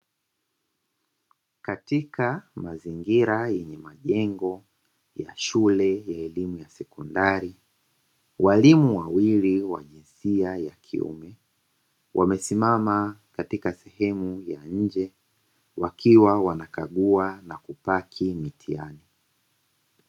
Katika miradi ya ujenzi ya shule ya upili ya sekondari, walimu wawili wa jinsia ya kiume wamesimama katika sehemu ya nje wakiwa wanakagua na kupaki mitihani.